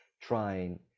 trying